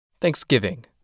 Thanksgiving